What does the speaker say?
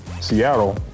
Seattle